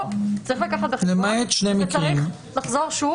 פה צריך לקחת בחשבון שצריך לחזור שוב